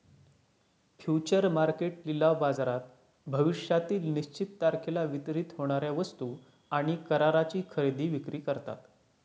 future market लिलाव बाजारात भविष्यातील निश्चित तारखेला वितरित होणार्या वस्तू आणि कराराची खरेदी विक्री करतात